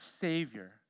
savior